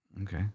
Okay